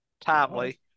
timely